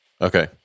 Okay